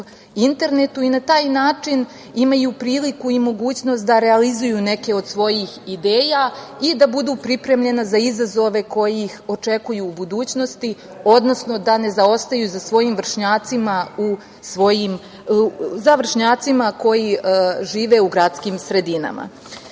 i na taj način imaju priliku i mogućnost da realizuju neke od svojih ideja i da budu pripremljena za izazove koji ih očekuju u budućnosti, odnosno da ne zaostaju za svojim vršnjacima koji žive u gradskim sredinama. Naravno,